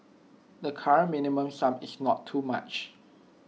the current minimum sum is not too much